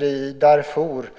i Darfur.